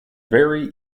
vary